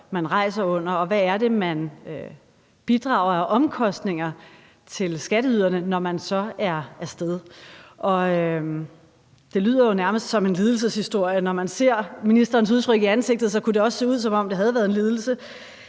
omkostninger for skatteyderne, når man så er af sted. Det lyder jo nærmest som en lidelseshistorie, og når man ser ministerens udtryk i ansigtet, kunne det også godt se ud, som om det har været en lidelse.